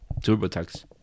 TurboTax